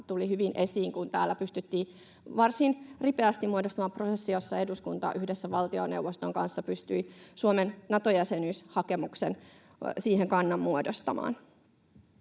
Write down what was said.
tuli hyvin esiin, kun täällä pystyttiin varsin ripeästi muodostamaan prosessi, jossa eduskunta yhdessä valtioneuvoston kanssa pystyi Suomen Nato-jäsenyyshakemukseen kannan muodostamaan.